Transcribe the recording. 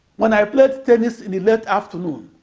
when i played tennis in the late afternoon.